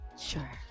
Sure